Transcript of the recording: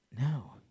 No